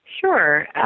Sure